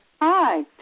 Hi